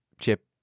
Chip